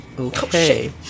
Okay